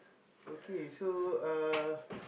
okay so uh